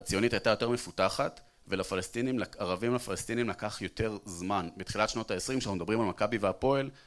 הציונית הייתה יותר מפותחת, ולערבים הפלסטינים לקח יותר זמן. בתחילת שנות העשרים כשאנחנו מדברים על מכבי והפועל